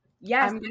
Yes